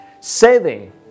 saving